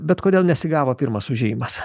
bet kodėl nesigavo pirmas užėjimas